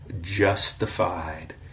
justified